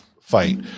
fight